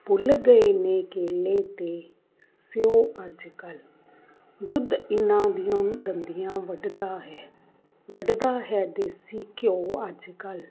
ਭੁੱਲ ਗਏ ਨੇ ਕੇਲੇ ਅਤੇ ਸਿਉ ਅੱਜ ਕੱਲ੍ਹ ਦੁੱਧ ਇਹਨਾਂ ਦੀਆਂ ਦੰਦੀਆਂ ਵੱਢਦਾ ਹੈ ਵੱਢਦਾ ਹੈ ਦੇਸੀ ਘਿਓ ਅੱਜ ਕੱਲ੍ਹ